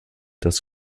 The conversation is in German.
das